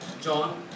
John